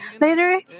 Later